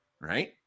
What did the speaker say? Right